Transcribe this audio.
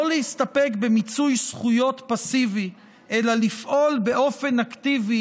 לא להסתפק במיצוי זכויות פסיבי אלא לפעול באופן אקטיבי